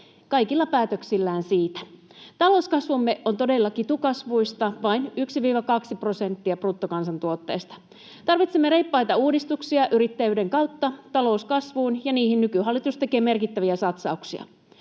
kaikilla päätöksillään siitä. Talouskasvumme on todella kitukasvuista, vain 1—2 prosenttia bruttokansantuotteesta. Tarvitsemme reippaita uudistuksia yrittäjyyden kautta talouskasvuun, ja niihin nykyhallitus tekee merkittäviä satsauksia.